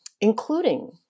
including